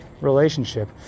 relationship